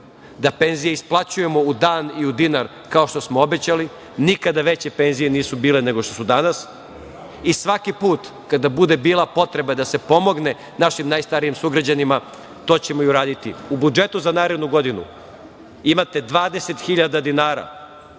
da penzije isplaćujemo u dan i u dinar, kao što smo i obećali. Nikada veće penzije nisu bilo nego što su danas. Svaki put kada bude bila potreba da se pomogne našim najstarijim sugrađanima to ćemo i uraditi. U budžetu za narednu godinu imate 20 hiljada